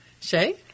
Shay